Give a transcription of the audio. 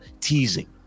teasing